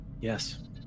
Yes